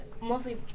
mostly